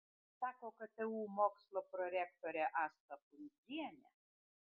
sako ktu mokslo prorektorė asta pundzienė